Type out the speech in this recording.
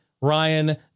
Ryan